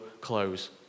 close